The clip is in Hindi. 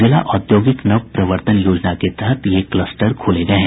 जिला औद्योगिक नवप्रवर्तन योजना के तहत ये कलस्टर खोले गये हैं